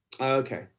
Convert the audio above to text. Okay